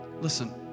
Listen